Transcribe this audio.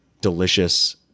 delicious